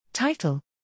Title